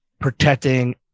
protecting